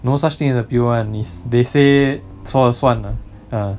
no such thing as appeal [one] is they say 说了算 ah